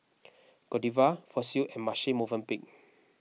Godiva Fossil and Marche Movenpick